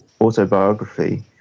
autobiography